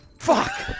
fuck!